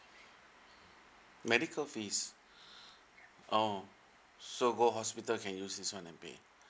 medical fees oh so go hospital can use this one and pay